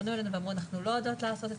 פנו אלינו ואמרו אנחנו לא יודעים לעשות את